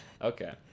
okay